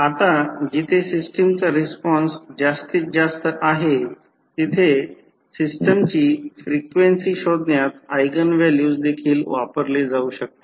आता जिथे सिस्टमचा रिस्पॉन्स जास्तीत जास्त आहे तेथे सिस्टमची फ्रिक्वेन्सी शोधण्यात ऎगेन व्हॅल्यूज देखील वापरले जाऊ शकते